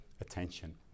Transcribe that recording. attention